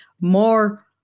more